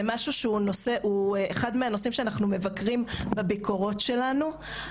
זה משהו שהוא אחד מהנושאים שאנחנו מבקרים בביקורות שלנו,